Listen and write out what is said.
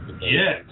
Yes